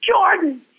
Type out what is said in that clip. Jordan